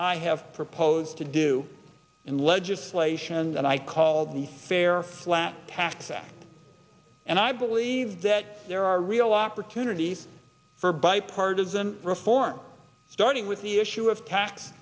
i have proposed to do in legislation and i call the fair flat tax act and i believe that there are real opportunities for bipartisan reform starting with the issue of tax